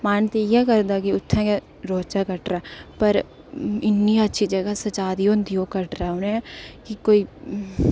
मन ते इ'यै करदा की उत्थै ई रौह्चे कटरा पर इ'न्नी अच्छी जगह सजाई दी होंदी ओह् कटरा उ'नें के कोई